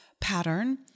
pattern